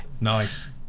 nice